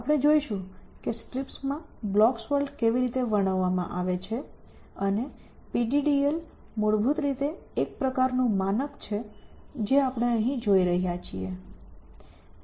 આપણે જોઈશું કે STRIPS માં બ્લોક્સ વર્લ્ડ કેવી રીતે વર્ણવવામાં આવે છે અને PDDL મૂળભૂત રીતે એક પ્રકારનું માનક છે જે આપણે અહીં જોઈ રહ્યા છીએ